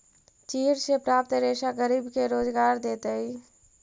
चीड़ से प्राप्त रेशा गरीब के रोजगार देतइ